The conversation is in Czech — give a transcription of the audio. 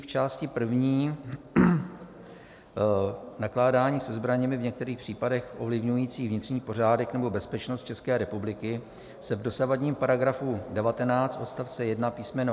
V části první nakládání se zbraněmi v některých případech ovlivňující vnitřní pořádek nebo bezpečnost České republiky se v dosavadním § 19 odstavce 1 písm.